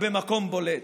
ובמקום בולט,